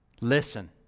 Listen